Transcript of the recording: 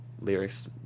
lyrics